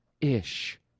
ish